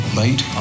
late